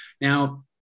Now